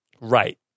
Right